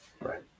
Right